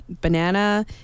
banana